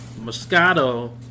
Moscato